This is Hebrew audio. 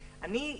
אני,